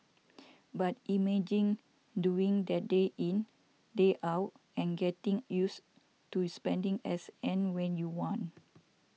but imagine doing that day in day out and getting used to spending as and when you want